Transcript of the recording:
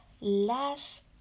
last